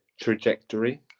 trajectory